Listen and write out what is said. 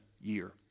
year